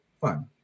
fun